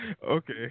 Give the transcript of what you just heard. Okay